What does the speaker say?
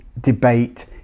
debate